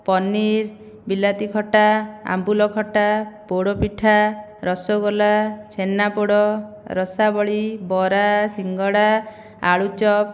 ପନିର ବିଲାତି ଖଟା ଆମ୍ବୁଲ ଖଟା ପୋଡ଼ ପିଠା ରସଗୋଲା ଛେନାପୋଡ଼ ରସାବଳୀ ବରା ସିଙ୍ଗଡ଼ା ଆଳୁଚପ